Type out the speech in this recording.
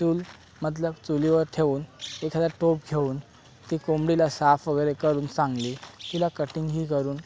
चूल मतलब चुलीवर ठेवून एखादा टोप घेऊन ती कोंबडीला साफ वगैरे करून चांगली तिला कटिंगगी करून